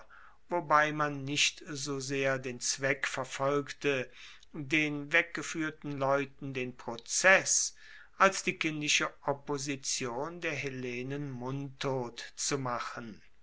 wobei man nicht so sehr den zweck verfolgte den weggefuehrten leuten den prozess als die kindische opposition der hellenen mundtot zu machen